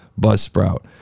Buzzsprout